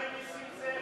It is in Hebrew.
מה עם נסים זאב?